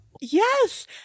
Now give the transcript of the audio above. yes